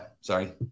sorry